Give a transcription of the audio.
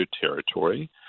territory